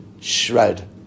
shred